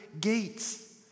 gates